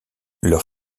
leur